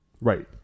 Right